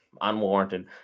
unwarranted